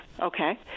Okay